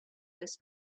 this